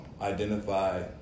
identify